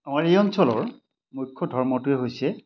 আমাৰ এই অঞ্চলৰ মুখ্য ধৰ্মটোৱে হৈছে